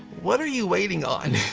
what are you waiting on?